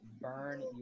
burn